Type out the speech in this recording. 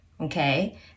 Okay